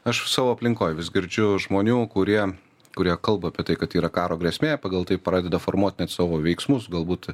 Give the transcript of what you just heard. aš savo aplinkoj vis girdžiu žmonių kurie kurie kalba apie tai kad yra karo grėsmė pagal tai pradeda formuot net savo veiksmus galbūt